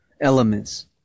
elements